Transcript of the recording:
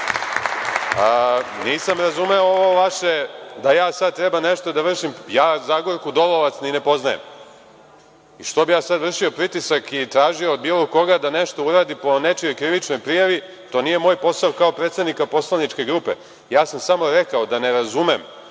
razumeo ovo vaše, da ja sada treba nešto da vršim. Ja Zagorku Dolovac i ne poznajem. I što bih ja sada vršio pritisak i tražio od bilo koga da nešto uradi po nečijoj krivičnoj prijavi? To nije moj posao, kao predsednika poslaničke grupe. Ja sam samo rekao da ne razumem